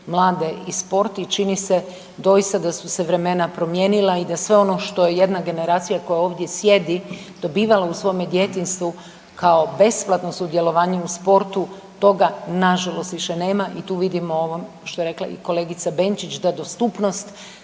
mladi i sport i čini se doista da su se vremena promijenila i da sve ono što jedna generacija koja ovdje sjedi dobivala u svom djetinjstvu kao besplatno sudjelovanje u sportu toga nažalost više nema i tu vidimo ovo što je rekla i kolegica Benčić, da dostupnost